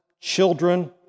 children